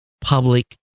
public